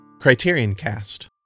Criterioncast